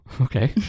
okay